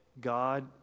God